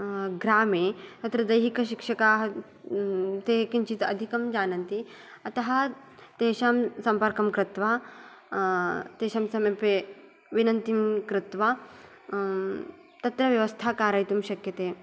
ग्रामे तत्र दैहिकशिक्षका ते किञ्चित् अधिकं जानन्ति अत तेषां सम्पर्कं कृत्वा तेषां समीपे विनतिं कृत्वा तत्र व्यवस्था कारयितुं शक्यते